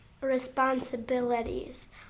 responsibilities